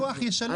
אבל הלקוח ישלם.